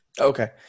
Okay